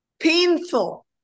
painful